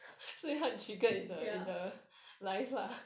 ya